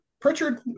Pritchard